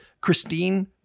Christine